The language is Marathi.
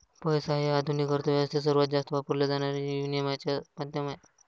पैसा हे आधुनिक अर्थ व्यवस्थेत सर्वात जास्त वापरले जाणारे विनिमयाचे माध्यम आहे